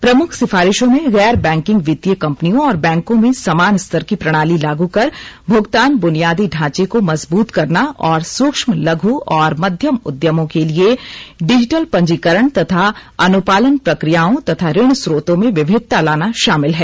प्रमुख सिफारिशों में गैर बैंकिंग वित्तीय कंपनियों और बैंकों में समान स्तर की प्रणाली लागू कर भुगतान बुनियादी ढांचे को मजबूत करना और सूक्ष्म लघु और मध्यम उद्यमों के लिए डिजिटल पंजीकरण तथा अनुपालन प्रक्रियाओं तथा ऋण स्रोतों में विविधता लाना शामिल है